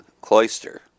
cloister